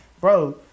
bro